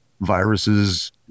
viruses